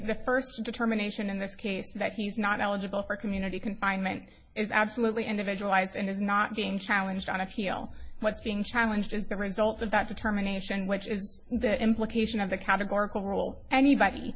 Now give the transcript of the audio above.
the first determination in this case that he's not eligible for community confinement is absolutely individualized and is not being challenged on appeal what's being challenged is the result of that determination which is that implication of the categorical role anybody